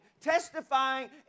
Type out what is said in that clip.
testifying